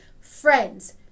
friends